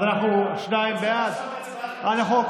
אז שניים בעד, לא צריך לעשות הצבעה חדשה?